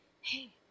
hey